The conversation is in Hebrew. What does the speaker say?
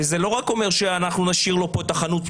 וזה לא רק אומר שאנחנו נשאיר לו פה את החנות פתוחה.